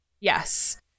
Yes